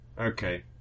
Okay